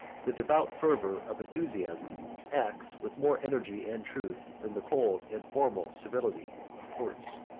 the devout fervor of enthusiasm acts with more energy and truth than the cold and formal servility of courts.